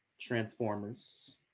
Transformers